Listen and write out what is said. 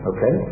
Okay